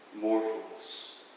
mortals